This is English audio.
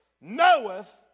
knoweth